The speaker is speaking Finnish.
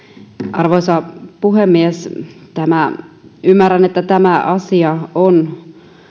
arvoisa puhemies ymmärrän että tämä asia on